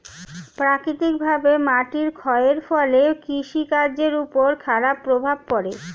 প্রাকৃতিকভাবে মাটির ক্ষয়ের ফলে কৃষি কাজের উপর খারাপ প্রভাব পড়ে